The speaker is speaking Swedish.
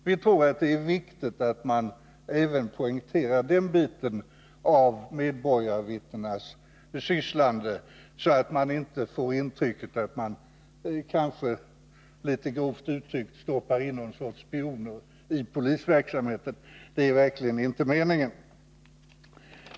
Vi tror att det är viktigt att också den biten av medborgarvittnenas funktioner poängteras, så att man inte får intrycket att det — litet grovt uttryckt — stoppas in någon sorts spioner i polisverksamheten. Det är verkligen inte meningen.